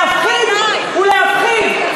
להפחיד ולהפחיד.